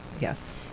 yes